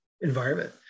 environment